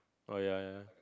oh ya ya